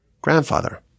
grandfather